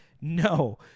No